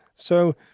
so,